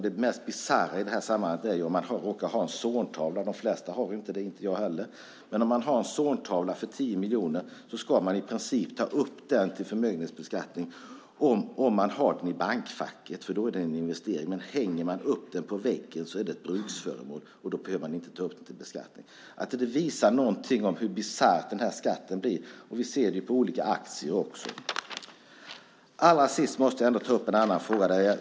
Det mest bisarra i sammanhanget är om man råkar ha en Zorntavla - de flesta har inte det, inte jag heller - för 10 miljoner så ska den i princip tas upp till förmögenhetsbeskattning om den förvaras i bankfacket, för då är den en investering. Men om den hänger på väggen är den ett bruksföremål. Då behöver man inte ta upp den till beskattning. Det här visar hur bisarr skatten är. Allra sist måste jag ta upp en annan fråga.